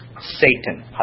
Satan